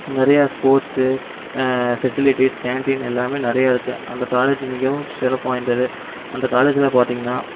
நிறையா sports facilities canteen எல்லாமே நிறையா இருக்கு அந்த காலேஜ் மிகவும் சிறப்பு வாய்ந்தது அந்த காலேஜில் பார்த்திங்கன்னா